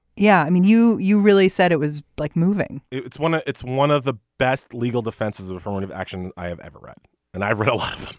yeah. i mean you you really said it was like moving it's one ah it's one of the best legal defenses of affirmative action i have ever read and i've read a lot